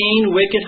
wicked